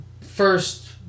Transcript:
first